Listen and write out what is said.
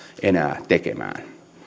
enää tekemään